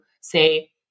say